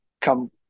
come